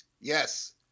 yes